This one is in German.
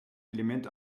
element